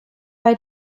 bei